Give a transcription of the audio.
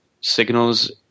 signals